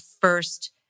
first